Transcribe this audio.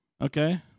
okay